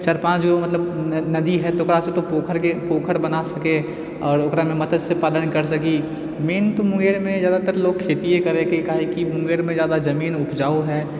चार पाँचगो मतलब नदी हैय तकरासँ तो पोखर पोखर बना सकैए आओर ओकरामे मत्स्य पालन करि सकी मेन तऽ मुंगेरमे जादातर लोक खेतिये करैके काहे कि मुंगेरमे जादा जमीन उपजाउ हैय